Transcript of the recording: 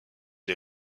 des